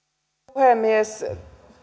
puhemies